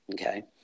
okay